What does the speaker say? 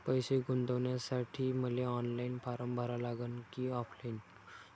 पैसे गुंतन्यासाठी मले ऑनलाईन फारम भरा लागन की ऑफलाईन?